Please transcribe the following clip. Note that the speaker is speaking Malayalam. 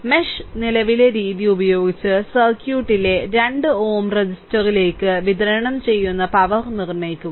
മെഷ് നിലവിലെ രീതി ഉപയോഗിച്ച് സർക്യൂട്ടിലെ 2 Ω രജിസ്റ്ററിലേക്ക് വിതരണം ചെയ്യുന്ന പവർ നിർണ്ണയിക്കുക